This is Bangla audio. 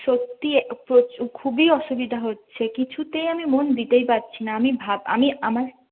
সত্যি খুবই অসুবিধা হচ্ছে কিছুতেই আমি মন দিতেই পারছি না আমি ভাবার আমি